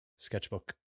sketchbook